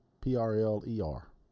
P-R-L-E-R